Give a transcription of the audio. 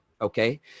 Okay